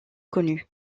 connus